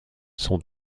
son